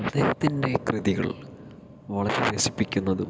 അദ്ദേഹത്തിൻ്റെ കൃതികൾ വളരെ രസിപ്പിക്കുന്നതും